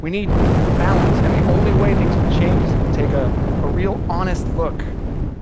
we need balance, and the only way things will change is if we take a ah real honest look